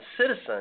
citizen